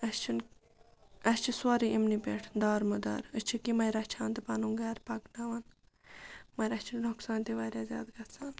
اَسہِ چھِنہٕ اَسہِ چھِ سورُے یِمنٕے پٮ۪ٹھ دارمُدار أسۍ چھِکھ یِمَے رَچھان تہٕ پَنُن گَرٕ پَکناوان مگر اَسہِ چھِ نۄقصان تہِ واریاہ زیادٕ گژھان